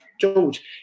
George